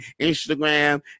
Instagram